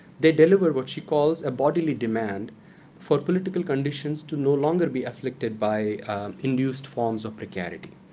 they deliver what she calls a bodily demand for political conditions to no longer be afflicted by induced forms of precarity.